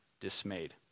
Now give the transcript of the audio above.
dismayed